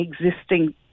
existing